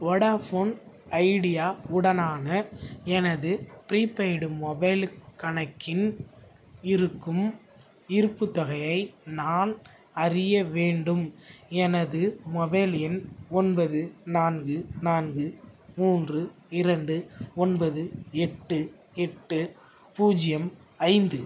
Vodafone Idea உடனான எனது prepaid mobile கணக்கில் இருக்கும் இருப்புத் தொகையை நான் அறிய வேண்டும் எனது மொபைல் எண் ஒன்பது நான்கு நான்கு மூன்று இரண்டு ஒன்பது எட்டு எட்டு பூஜ்ஜியம் ஐந்து